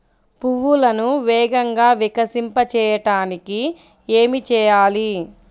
పువ్వులను వేగంగా వికసింపచేయటానికి ఏమి చేయాలి?